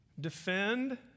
defend